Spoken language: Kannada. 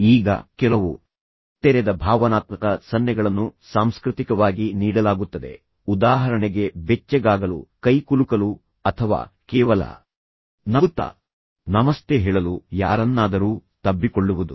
ಈಗ ಕೆಲವು ತೆರೆದ ಭಾವನಾತ್ಮಕ ಸನ್ನೆಗಳನ್ನು ಸಾಂಸ್ಕೃತಿಕವಾಗಿ ನೀಡಲಾಗುತ್ತದೆ ಉದಾಹರಣೆಗೆ ಬೆಚ್ಚಗಾಗಲು ಕೈಕುಲುಕಲು ಅಥವಾ ಕೇವಲ ನಗುತ್ತಾ ನಮಸ್ತೆ ಹೇಳಲು ಯಾರನ್ನಾದರೂ ತಬ್ಬಿಕೊಳ್ಳುವುದು